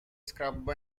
scrub